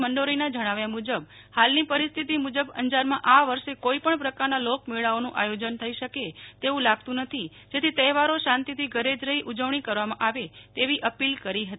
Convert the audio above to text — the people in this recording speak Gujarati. મંડોરીના જજ્ઞાવ્યા મુજબ હાલની પરિસ્થિતિ મુજબ અંજારમાં આ વર્ષે કોઈપજ્ઞ પ્રકારના લોકમેળાઓનો આયોજન થઈ શકે તેવું લાગતું નથી જેથી તહેવારો શાંતિથી ઘરે જ રહી ઉજવણી કરવામાં આવે તેવી અપીલ કરી હતી